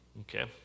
Okay